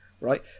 Right